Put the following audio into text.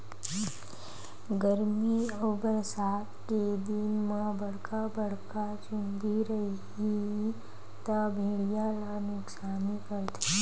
गरमी अउ बरसा के दिन म बड़का बड़का चूंदी रइही त भेड़िया ल नुकसानी करथे